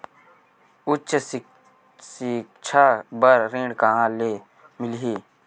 उच्च सिक्छा बर ऋण कहां ले मिलही?